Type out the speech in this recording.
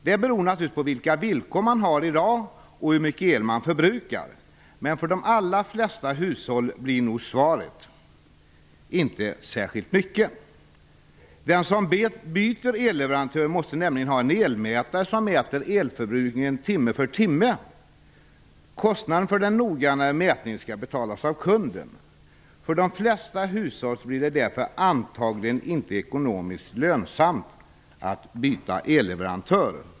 Det beror naturligtvis på vilka villkor man har idag och hur mycket el man förbrukar. Men för de allra flesta hushåll blir nog svaret: inte särskilt mycket. Den som byter elleverantör måste nämligen ha en elmätare som mäter elförbrukningen timme för timme. Kostnaden för den noggrannare mätningen skall betalas av kunden. För de flesta hushåll blir det därför antagligen inte ekonomiskt lönsamt att byta elleverantör."